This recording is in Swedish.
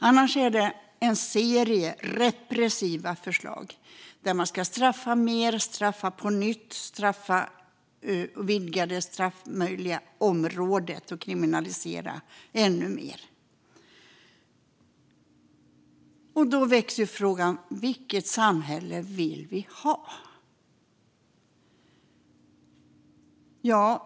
Annars är det en serie repressiva förslag. Man ska straffa mer, straffa på nytt, vidga det möjliga området för straff och kriminalisera ännu mer. Då väcks ju frågan: Vilket samhälle vill vi ha?